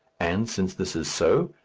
and since this is so,